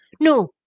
no